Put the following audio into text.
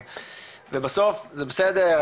ובסוף זה בסדר,